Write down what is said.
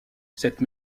cette